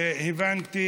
הבנתי